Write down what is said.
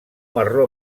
marró